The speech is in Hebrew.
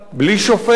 בלי שופט,